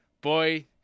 boy